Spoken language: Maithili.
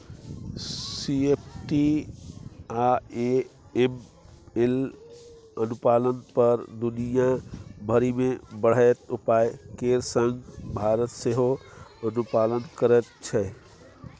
सी.एफ.टी आ ए.एम.एल अनुपालन पर दुनिया भरि मे बढ़ैत उपाय केर संग भारत सेहो अनुपालन करैत छै